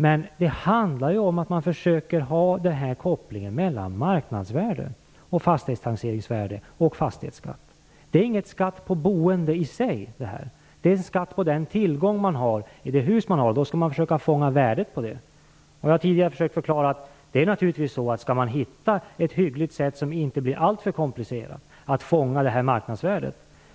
Men det handlar om att vi försöker göra en koppling mellan marknadsvärde, fastighetstaxeringsvärde och fastighetsskatt! Det är ingen skatt på boende i sig. Det är en skatt på den tillgång man har - det hus man har - och då skall vi försöka fånga värdet på det. Man skall hitta ett hyggligt sätt att fånga detta marknadsvärde som inte blir alltför komplicerat. Jag har tidigare försökt förklara att